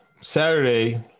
Saturday